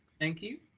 thank you.